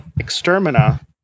Extermina